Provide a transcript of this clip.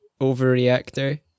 overreactor